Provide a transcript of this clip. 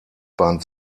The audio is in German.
bahn